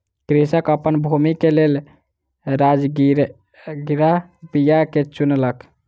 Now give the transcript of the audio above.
कृषक अपन भूमि के लेल राजगिरा बीया के चुनलक